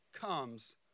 comes